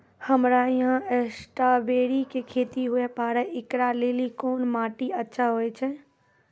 हमरा यहाँ स्ट्राबेरी के खेती हुए पारे, इकरा लेली कोन माटी अच्छा होय छै?